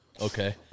okay